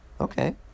Okay